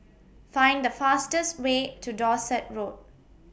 Find The fastest Way to Dorset Road